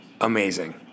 Amazing